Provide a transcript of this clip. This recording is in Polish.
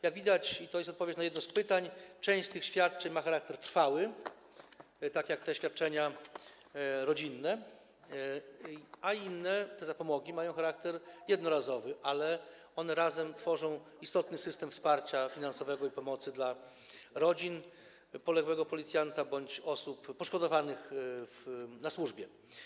Jak widać, i to jest odpowiedź na jedno z pytań, część z tych świadczeń ma charakter trwały, tak jak świadczenia rodzinne, a inne, czyli zapomogi, mają charakter jednorazowy, ale razem tworzą one istotny system wsparcia finansowego i pomocy dla rodzin poległego policjanta bądź osób poszkodowanych na służbie.